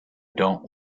don’t